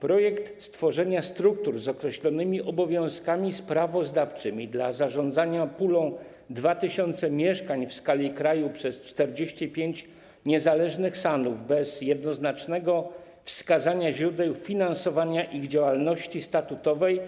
Projekt stworzenia struktur z określonymi obowiązkami sprawozdawczymi dla zarządzania pulą 2 tys. mieszkań w skali kraju przez 45 niezależnych SAN-ów bez jednoznacznego wskazania źródeł finansowania ich działalności statutowej